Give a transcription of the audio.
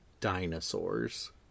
dinosaurs